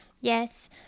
Yes